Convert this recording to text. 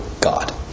God